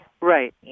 Right